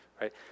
right